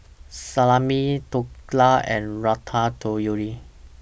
Salami Dhokla and Ratatouille